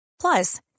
Plus